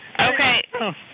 Okay